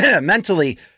mentally